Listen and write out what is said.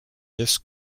this